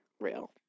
Real